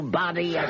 body